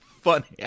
funny